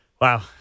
Wow